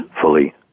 Fully